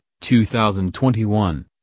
2021